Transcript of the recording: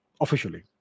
officially